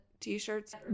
t-shirts